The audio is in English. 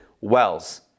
wells